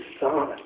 Son